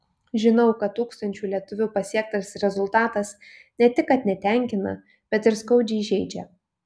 žinau kad tūkstančių lietuvių pasiektas rezultatas ne tik kad netenkina bet ir skaudžiai žeidžia